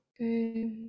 Okay